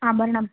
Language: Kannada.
ಆಭರಣ